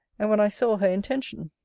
and when i saw her intention.